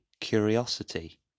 curiosity